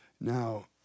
Now